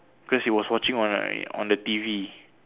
cause he was watching on like on the T_V